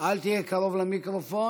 אל תהיה קרוב למיקרופון,